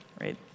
right